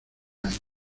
años